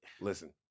Listen